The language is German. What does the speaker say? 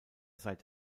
seit